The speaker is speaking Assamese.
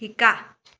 শিকা